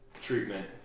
treatment